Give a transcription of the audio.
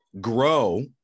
grow